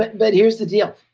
but but here's the deal.